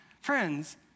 Friends